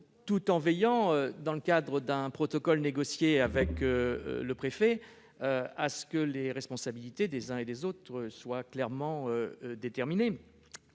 tout en veillant, dans le cadre d'un protocole négocié avec le préfet, à ce que les responsabilités des uns et des autres soient clairement déterminées.